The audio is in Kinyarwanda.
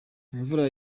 imvura